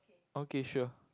okay sure